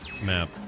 map